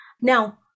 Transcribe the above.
Now